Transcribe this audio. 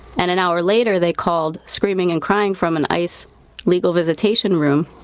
and an hour later they called screaming and crying from an ice legal visitation room